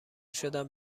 شدن